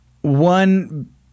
one